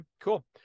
cool